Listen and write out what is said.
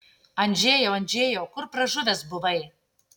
andžejau andžejau kur pražuvęs buvai